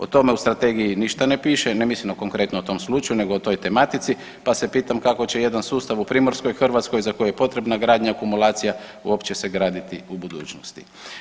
O tome u Strategiji ništa ne piše, ne mislim na konkretno o tom slučaju nego o toj tematici pa se pitam kako će jedan sustav u Primorskoj Hrvatskoj, za koji je potrebna gradnja i kumulacija, uopće se graditi u budućnosti.